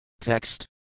Text